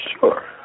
Sure